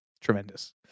Tremendous